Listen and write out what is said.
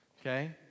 Okay